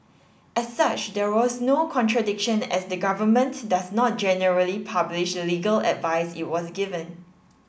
as such there was no contradiction as the government does not generally publish legal advice it was given